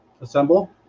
assemble